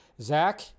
Zach